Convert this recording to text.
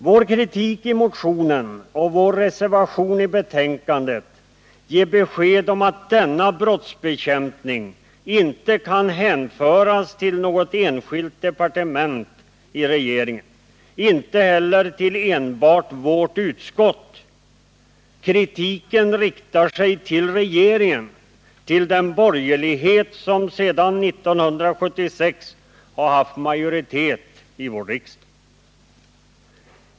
Vår kritik i motionen och vår reservation i betänkandet ger besked om att denna brottsbekämpning inte kan hänföras till något enskilt departement, inte heller till enbart vårt utskott. Kritiken riktar sig mot regeringen — mot den borgerlighet som sedan 1976 haft majoritet i vårt land.